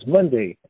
Monday